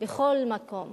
בכל מקום,